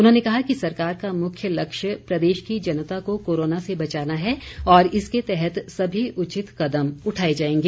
उन्होंने कहा कि सरकार का मुख्य लक्ष्य प्रदेश की जनता को कोरोना से बचाना है और इसके तहत सभी उचित कदम उठाए जाएंगे